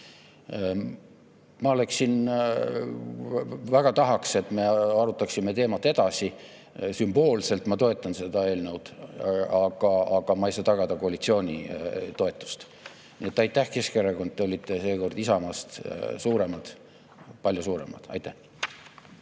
Ma väga tahaks, et me arutaksime teemat edasi. Sümboolselt ma toetan seda eelnõu, aga ma ei saa tagada koalitsiooni toetust. Nii et aitäh, Keskerakond! Te olite seekord Isamaast suuremad, palju suuremad. Aitäh!